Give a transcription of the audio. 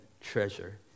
treasure